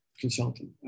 consultant